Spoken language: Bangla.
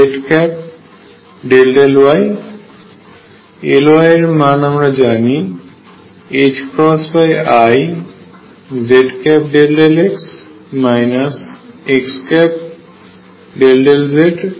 Ly এর মান আমরা জানি i z∂x x∂z